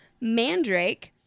mandrake